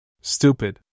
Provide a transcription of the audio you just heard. Stupid